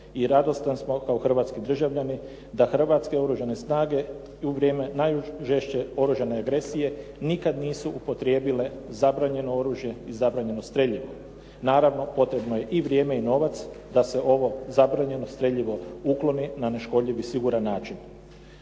i radosni smo kao hrvatski državljani da Hrvatske oružane snage u vrijeme najžešće oružane agresije nikad nisu upotrijebile zabranjeno oružje i zabranjeno streljivo. Naravno, potrebno je i vrijeme i novac da se ovo zabranjeno streljivo ukloni na neškodljiv i siguran način.